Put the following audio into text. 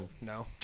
No